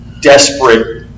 desperate